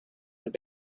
have